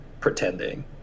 pretending